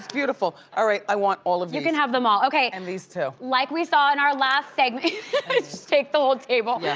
beautiful. all right, i want all of these. you can have them all. okay. and these, too. like we saw in our last seg. just take the whole table. yeah